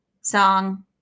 song